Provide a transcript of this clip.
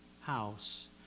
house